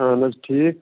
اہن حظ ٹھیٖک